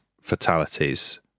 fatalities